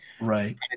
Right